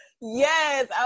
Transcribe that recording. Yes